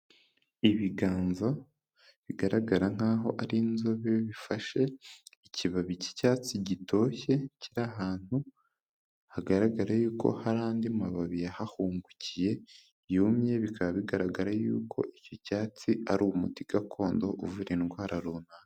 Ibiganza bigaragara nkaho ari inzobe bifashe ikibabi cy'icyatsi gitoshye kiri ahantu hagaraga yuko hari andi mababi yahahungukiye yumye, bikaba bigaragara yuko iki cyatsi ari umuti gakondo uvura indwara runaka.